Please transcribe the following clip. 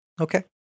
Okay